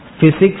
Physics